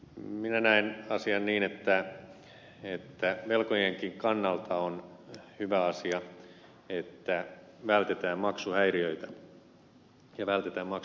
minä näen asian niin että velkojienkin kannalta on hyvä asia että vältetään maksuhäiriöitä ja vältetään maksuvaikeuksia